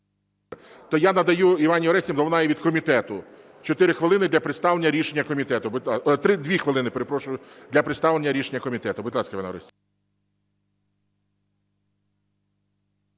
я надаю Іванні Орестівні, вона і від комітету, 4 хвилини для представлення рішення комітету…